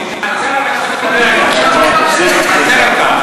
תתנצל על איך שאתה מדבר אלי.